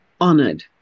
honored